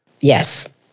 Yes